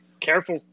Careful